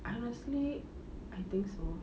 honestly I think so